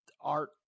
art